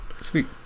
sweet